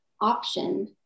option